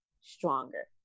stronger